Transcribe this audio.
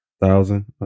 thousand